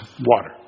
water